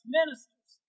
ministers